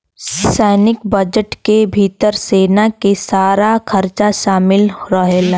सैनिक बजट के भितर सेना के सारा खरचा शामिल रहेला